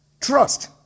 trust